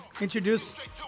Introduce